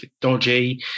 dodgy